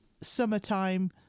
summertime